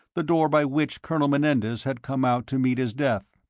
the door by which colonel menendez had come out to meet his death.